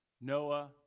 Noah